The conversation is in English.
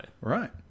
Right